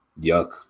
Yuck